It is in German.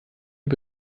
die